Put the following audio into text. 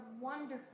wonderful